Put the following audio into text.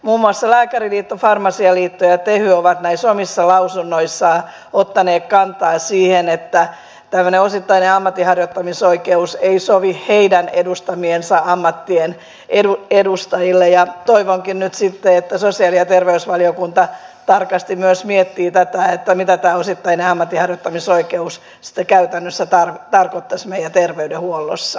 muun muassa lääkäriliitto farmasialiitto ja tehy ovat näissä omissa lausunnoissaan ottaneet kantaa siihen että tämmöinen osittainen ammatinharjoittamisoikeus ei sovi heidän edustamiensa ammattien edustajille ja toivonkin nyt sitten että sosiaali ja terveysvaliokunta tarkasti myös miettii mitä tämä osittainen ammatinharjoittamisoikeus sitten käytännössä tarkoittaisi meidän terveydenhuollossa